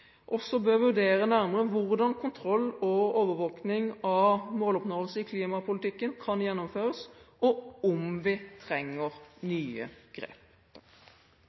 også bør vurdere nærmere hvordan kontroll og overvåking av måloppnåelse i klimapolitikken kan gjennomføres, og om vi trenger nye grep.